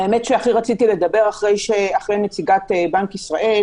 האמת היא שרציתי לדבר אחרי נציגת בנק ישראל